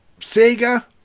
sega